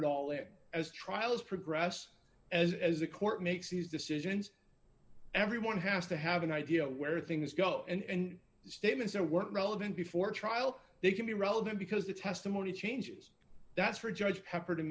and all it as trials progress as a court makes these decisions everyone has to have an idea where things go and statements that weren't relevant before trial they can be relevant because the testimony changes that's for judge pepper to